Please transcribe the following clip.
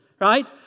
right